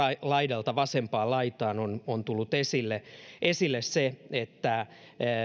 laidalta vasempaan laitaan on on tullut esille esille se että